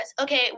okay